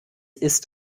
ist